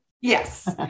Yes